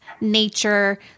nature